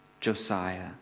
Josiah